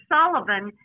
Sullivan